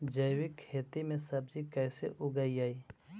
जैविक खेती में सब्जी कैसे उगइअई?